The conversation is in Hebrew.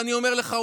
ואני אומר לך,